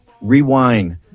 rewind